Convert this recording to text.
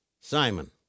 Simon